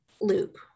loop